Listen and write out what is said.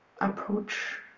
approach